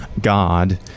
God